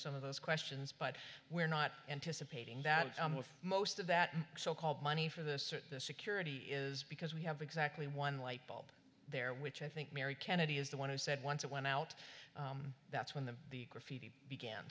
some of those questions but we're not anticipating that most of that so called money for this security is because we have exactly one light bulb there which i think mary kennedy is the one who said once it went out that's when the graffiti began